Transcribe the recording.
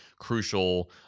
crucial